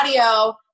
audio